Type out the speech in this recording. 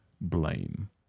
blame